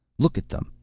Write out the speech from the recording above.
look at them,